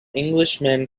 englishman